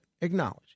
Acknowledge